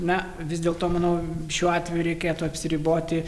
na vis dėlto manau šiuo atveju reikėtų apsiriboti